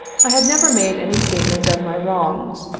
i had never made any statement of my wrongs,